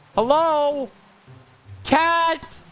hello cat